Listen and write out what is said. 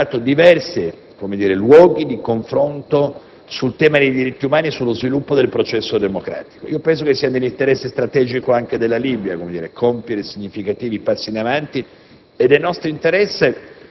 l'Unione Europea ha attivato diversi luoghi di confronto sul tema dei diritti umani e sullo sviluppo del processo democratico. Ritengo che sia anche nell'interesse strategico della Libia compiere significativi passi in avanti